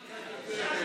היא,